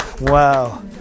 Wow